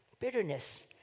Bitterness